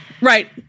Right